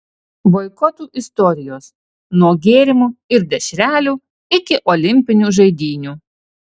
boikotų istorijos nuo gėrimų ir dešrelių iki olimpinių žaidynių